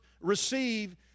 receive